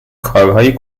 کارهای